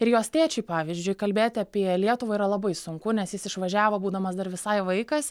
ir jos tėčiui pavyzdžiui kalbėti apie lietuvą yra labai sunku nes jis išvažiavo būdamas dar visai vaikas